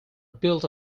built